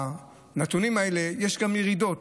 בנתונים האלה יש גם ירידות,